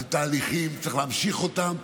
אלה תהליכים שצריך להמשיך אותם,